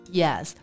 yes